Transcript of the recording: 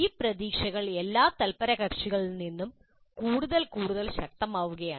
ഈ പ്രതീക്ഷകൾ എല്ലാ തല്പരകക്ഷികളിൽ നിന്നും കൂടുതൽ കൂടുതൽ ശക്തമാവുകയാണ്